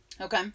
Okay